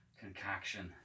concoction